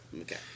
Okay